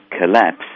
collapse